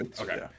Okay